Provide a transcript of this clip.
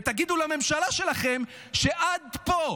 ותגידו לממשלה שלכם שעד פה,